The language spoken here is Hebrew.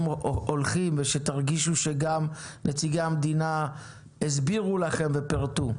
הולכים ושתרגישו שגם נציגי המדינה הסבירו לכם ופירטו.